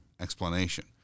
explanation